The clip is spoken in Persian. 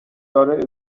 داره